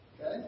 Okay